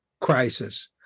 crisis